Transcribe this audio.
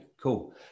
Cool